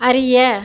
அறிய